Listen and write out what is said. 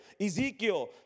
Ezekiel